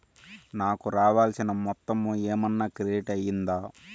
నాకు రావాల్సిన మొత్తము ఏమన్నా క్రెడిట్ అయ్యిందా